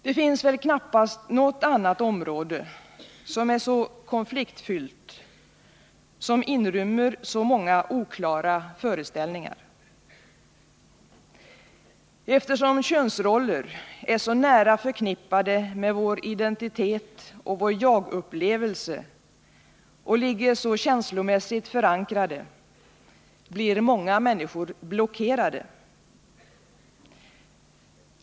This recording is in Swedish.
Det finns väl knappast något annat område som är så konfliktfyllt och inrymmer så många oklara föreställningar. Eftersom könsroller är nära förknippade med vår identitet och vår jagupplevelse och ligger känslomässigt förankrade, blir många människor blockerade.